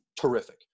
terrific